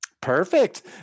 Perfect